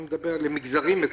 אני מדבר על מגזרים מסוימים,